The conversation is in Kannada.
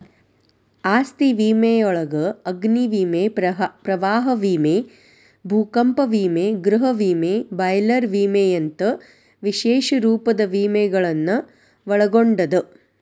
ಆಸ್ತಿ ವಿಮೆಯೊಳಗ ಅಗ್ನಿ ವಿಮೆ ಪ್ರವಾಹ ವಿಮೆ ಭೂಕಂಪ ವಿಮೆ ಗೃಹ ವಿಮೆ ಬಾಯ್ಲರ್ ವಿಮೆಯಂತ ವಿಶೇಷ ರೂಪದ ವಿಮೆಗಳನ್ನ ಒಳಗೊಂಡದ